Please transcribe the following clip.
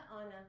Anna